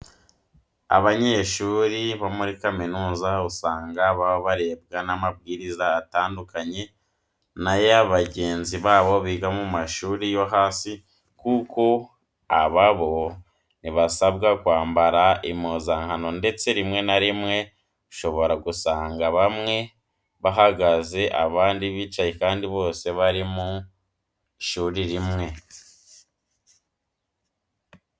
Abanyeshuri bo muri za kaminuza usanga baba barebwa n'amabwiriza atandukanye n'aya bagenzi babo biga mu mashuri yo hasi kuko aba bo ntibasabwa kwambara impuzankano ndetse rimwe na rimwe ushobora gusanga bamwe bahagaze abandi bicaye kandi bose bari mu ishuri rimwe.